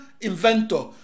inventor